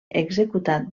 executat